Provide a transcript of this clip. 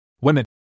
Women